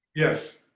yes.